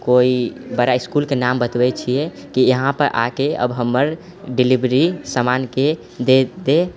कोई बड़ा इसकूलके नाम बतबै छियै कि यहाँपर आबिके डिलीवरी हमर सामानके दए दे